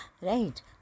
Right